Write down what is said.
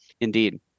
indeed